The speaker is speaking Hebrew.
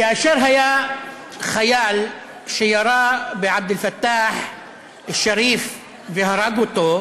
כאשר היה חייל שירה בעבד אל-פתאח א-שריף והרג אותו,